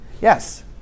Yes